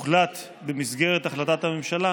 הוחלט במסגרת החלטת הממשלה